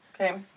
Okay